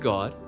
God